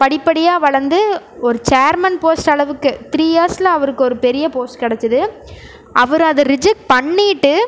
படிப்படியாக வளர்ந்து ஒரு சேர்மேன் போஸ்ட் அளவுக்கு த்ரீ இயர்ஸில் அவருக்கு பெரிய போஸ்ட் கிடைச்சிது அவர் அதை ரிஜெக்ட் பண்ணிவிட்டு